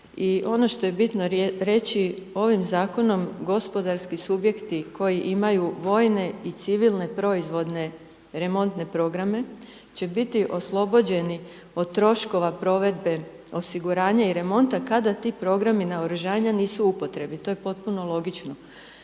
I ono što je bitno reći, ovim zakonom, gospodarski subjekti, koji imaju vojne i civilne proizvodne remontne programe, će biti oslobođeni od troškova provedbe osiguranja i remonta, kada ti programi naoružavanja nisu u upotrebi, to je potpuno logično.